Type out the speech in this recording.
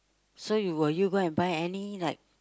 so you will you go and buy any like